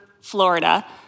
Florida